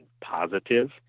positive